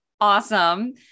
awesome